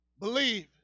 believe